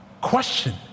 question